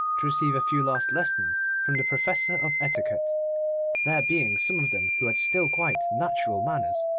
to receive a few last lessons from the professor of etiquette there being some of them who had still quite natural manners,